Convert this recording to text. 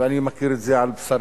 ואני מכיר את זה על בשרי,